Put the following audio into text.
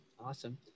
awesome